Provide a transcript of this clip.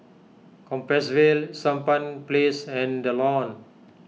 Compassvale Sampan Place and the Lawn